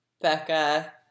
Becca